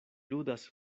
ludas